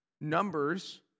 Numbers